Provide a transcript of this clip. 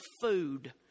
food